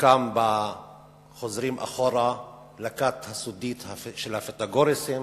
חלקם חוזרים אחורה לכת הסודית של הפיתגוריזם,